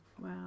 Wow